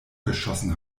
geschossen